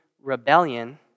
rebellion